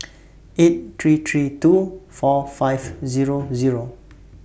eight three three two four five Zero Zero